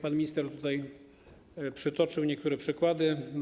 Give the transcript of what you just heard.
Pan minister tutaj przytoczył niektóre przykłady.